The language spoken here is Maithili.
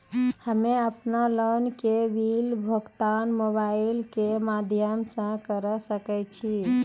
हम्मे अपन लोन के बिल भुगतान मोबाइल के माध्यम से करऽ सके छी?